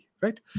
Right